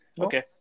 Okay